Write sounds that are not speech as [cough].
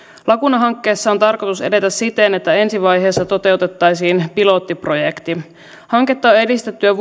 laguna hankkeessa on tarkoitus edetä siten että ensi vaiheessa toteutettaisiin pilottiprojekti hanketta on edistetty jo [unintelligible]